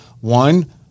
one